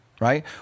right